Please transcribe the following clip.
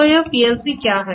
तो यह पीएलसी क्या है